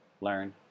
learn